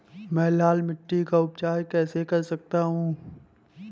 मैं लाल मिट्टी का उपचार कैसे कर सकता हूँ?